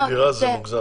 12 בנות בדירה זה מוגזם.